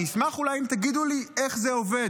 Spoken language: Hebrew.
אני אשמח אולי אם תגידו לי איך זה עובד.